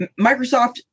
Microsoft